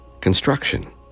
construction